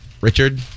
Richard